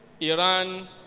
Iran